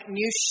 new